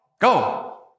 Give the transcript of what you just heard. Go